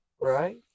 Right